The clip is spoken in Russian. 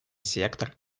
сектор